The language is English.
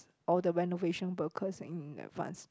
all the renovation because in an advance